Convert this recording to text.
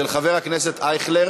של אורי מקלב,